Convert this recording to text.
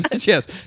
Yes